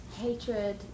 hatred